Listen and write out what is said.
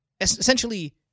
essentially